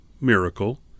miracle